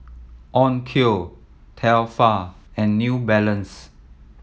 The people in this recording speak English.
Onkyo Tefal and New Balance